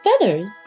feathers